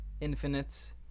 infinite